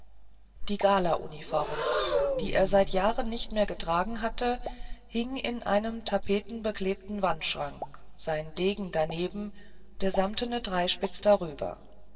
die galauniform die er seit jahren nicht mehr getragen hatte hing an einem tapetenbeklebten wandschrank sein degen daneben der samtene dreispitz darüber